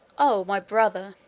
o! my brother,